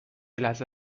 لحظه